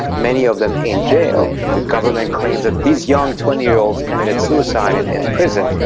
many of them in jail. the government claims that these young twenty year olds committed suicide in in prison.